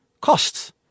costs